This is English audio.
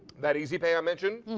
that easy pay i mentioned,